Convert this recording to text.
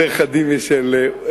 יותר חדים משלי?